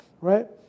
Right